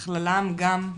בכללם גם מעונות,